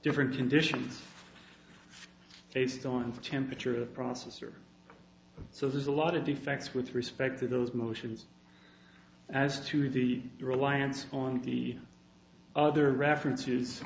different conditions based on for temperature processors so there's a lot of defects with respect to those motions as to the reliance on the other reference